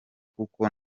kuko